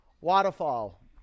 Waterfall